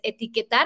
etiquetar